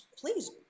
please